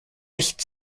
echt